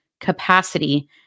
capacity